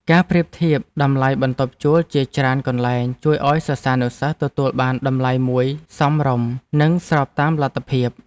ការប្រៀបធៀបតម្លៃបន្ទប់ជួលជាច្រើនកន្លែងជួយឱ្យសិស្សានុសិស្សទទួលបានតម្លៃមួយសមរម្យនិងស្របតាមលទ្ធភាព។